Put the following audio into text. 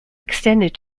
extended